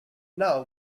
now